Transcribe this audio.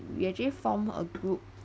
you actually form a group